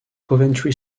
coventry